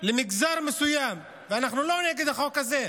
למגזר מסוים, ואנחנו לא נגד החוק הזה,